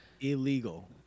illegal